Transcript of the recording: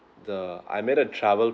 the I made a travel